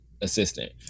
assistant